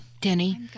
Denny